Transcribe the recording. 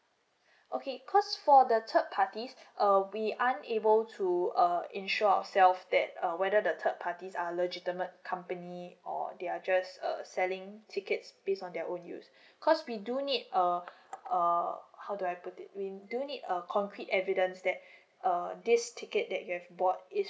okay cause for the third parties uh we aren't able to uh insure ourself that um whether the third parties are legitimately company or they are just uh selling tickets based on their own use cause we do need err uh how do I put it in we do need a concrete evidence that err this ticket that you've bought is